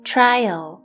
Trial